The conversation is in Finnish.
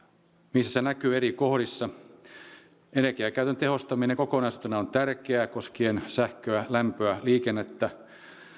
missä näkyy eri kohdissa että energiankäytön tehostaminen kokonaisuutena on tärkeää koskien sähköä lämpöä liikennettä